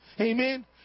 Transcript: Amen